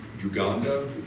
Uganda